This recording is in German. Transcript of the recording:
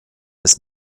des